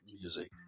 music